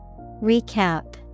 Recap